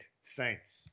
Saints